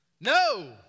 No